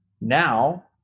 now